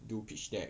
do pitch deck